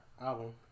album